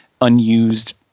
unused